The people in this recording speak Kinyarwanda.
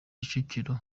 kicukiro